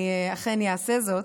אני אכן אעשה זאת.